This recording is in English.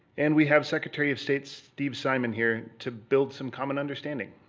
and we have secretary of state steve simon here to build some common understanding.